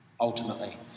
ultimately